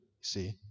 See